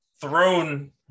thrown